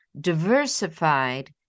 diversified